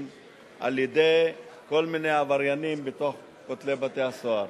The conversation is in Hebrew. על-ידי כל מיני עבריינים בין כותלי בתי-הסוהר.